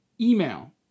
email